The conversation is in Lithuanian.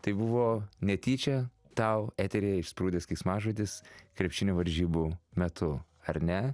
tai buvo netyčia tau eteryje išsprūdęs keiksmažodis krepšinio varžybų metu ar ne